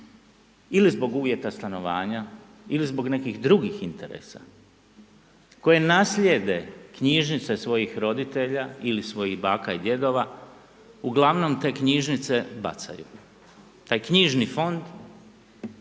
ili zbog uvjeta stanovanja ili zbog nekih drugih interesa koje naslijede knjižnice svojih roditelja ili svojih baka i djedova, uglavnom te knjižnice bacaju. Taj knjižni fond